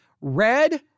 Red